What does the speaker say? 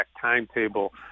timetable